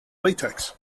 latex